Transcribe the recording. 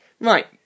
right